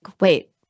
wait